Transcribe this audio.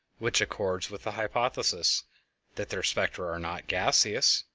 which accords with the hypothesis that their spectra are not gaseous,